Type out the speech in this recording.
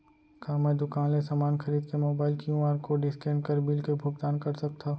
का मैं दुकान ले समान खरीद के मोबाइल क्यू.आर कोड स्कैन कर बिल के भुगतान कर सकथव?